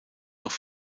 noch